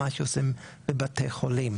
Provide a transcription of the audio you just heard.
ומה שעושים בבתי חולים.